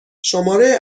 شماره